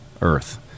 Earth